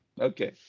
okay